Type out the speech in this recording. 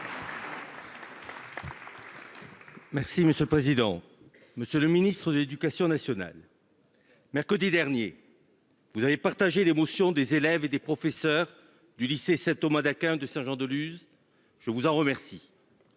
Maxime ce président, Monsieur le Ministre de l'Éducation nationale. Mercredi dernier. Vous avez partagé l'émotion des élèves et des professeurs du lycée c'est au mois d'Aquin de Saint-Jean-de-Luz. Je vous en remercie.